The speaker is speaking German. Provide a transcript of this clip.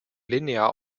linear